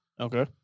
Okay